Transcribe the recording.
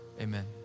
Amen